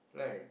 right